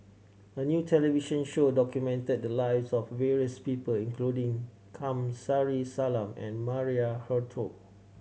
a new television show documented the lives of various people including Kamsari Salam and Maria Hertogh